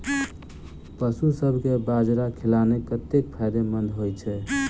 पशुसभ केँ बाजरा खिलानै कतेक फायदेमंद होइ छै?